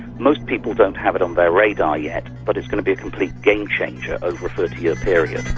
most people don't have it on their radar yet, but it's going to be a complete game changer over a thirty year period.